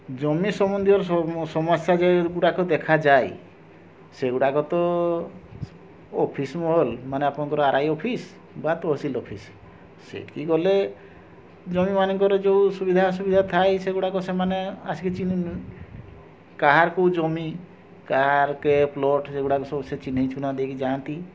ଜମି ସମ୍ବନ୍ଧୀୟ ସମସ୍ୟା ଯେଉଁ ଗୁଡ଼ାକ ଦେଖାଯାଏ ସେଗୁଡ଼ାକ ତ ଅଫିସ୍ ମହଲ୍ ମାନେ ଆପଣଙ୍କର ଆର୍ ଆଇ ଅଫିସ୍ ବା ତହସିଲ ଅଫିସ୍ ସେଇଠିକୁ ଗଲେ ଯେଉଁମାନଙ୍କର ଯେଉଁ ସୁବିଧା ଅସୁବିଧା ଥାଏ ସେଗୁଡ଼ାକ ସେମାନେ ଆସିକି ଚିହ୍ନି କାହାର କେଉଁ ଜମି କାହାର କେଉଁ ପ୍ଲଟ୍ ସେଗୁଡ଼କ ସବୁ ସେ ଚିହ୍ନି ଚୁହ୍ନା ଦେଇକି ଯାଆନ୍ତି